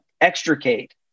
extricate